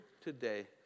today